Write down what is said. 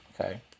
Okay